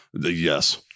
yes